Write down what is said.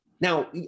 Now